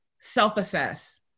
self-assess